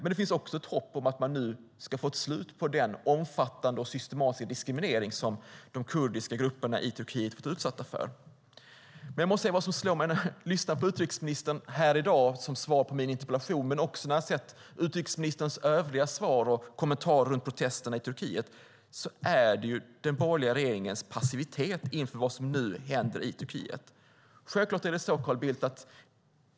Det finns också ett hopp om att man nu ska få ett slut på den omfattande och systematiska diskriminering som de kurdiska grupperna i Turkiet har varit utsatta för. När jag lyssnar på utrikesministern här i dag och hör svaret på min interpellation, men också när jag har sett utrikesministerns övriga svar på och kommentarer till protesterna i Turkiet, måste jag säga att det som slår mig är den borgerliga regeringens passivitet inför vad som nu händer i landet.